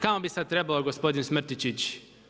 Kamo bi sada trebao gospodin Smrtić ići?